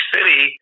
City